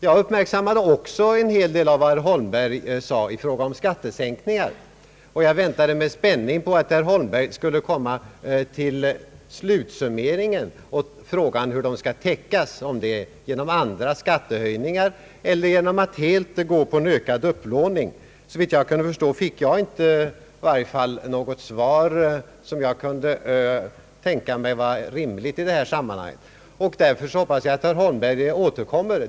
Jag uppmärksammade också en hel del av vad herr Holmberg sade i fråga om skattesäkningar, och jag väntade med spänning på att herr Holmberg skulle komma till slutsummeringen av frågan hur skattesänkningarna skall täckas — om det skall ske gerom andra skattehöjningar eller genom att helt gå in för en ökad upplåning. Såvitt jag kunde förstå fick jag inte något svar som jag kunde tänka mig vara rimligt i detta sammanhang. Jag hoppas därför att herr Holmberg återkommer.